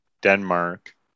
Denmark